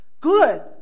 Good